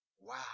wow